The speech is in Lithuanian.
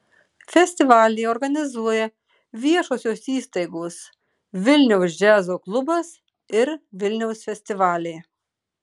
festivalį organizuoja viešosios įstaigos vilniaus džiazo klubas ir vilniaus festivaliai